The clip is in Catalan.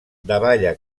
davalla